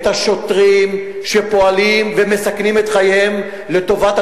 את השוטרים שפועלים ומסכנים את חייהם לטובת